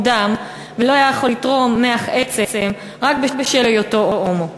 דם ולא היה יכול לתרום מח עצם רק בשל היותו הומו,